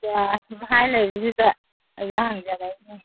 ꯑꯥ ꯁꯨꯝ ꯍꯥꯏ ꯂꯩꯕꯁꯤꯗ ꯑꯩꯁꯨ ꯍꯪꯖꯔꯛꯂꯤꯅꯤ